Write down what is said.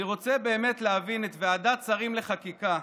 אני רוצה באמת להבין את ועדת שרים לחקיקה.